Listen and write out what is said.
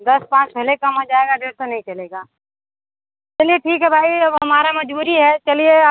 दस पाँच भले कम हो जाएगा डेढ़ सौ नहीं चलेगा चलिए ठीक है भाई अब हमारा मजबूरी है चलिए आप